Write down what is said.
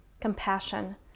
compassion